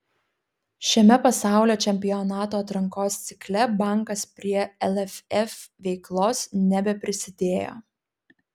šiame pasaulio čempionato atrankos cikle bankas prie lff veiklos nebeprisidėjo